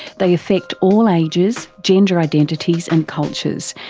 they affect all ages, gender identities and cultures,